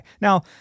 Now